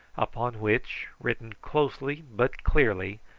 upon which, written closely but clearly,